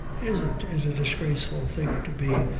isn't it a disgraceful thing to be,